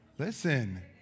Listen